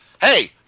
Hey